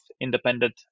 independent